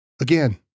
Again